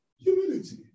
Humility